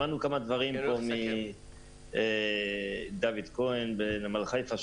שמענו פה כמה דברים מדוד כהן מנמל חיפה,